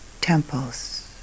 temples